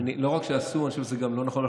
לא רק שזה אסור, אני חושב שזה גם לא נכון.